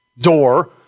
door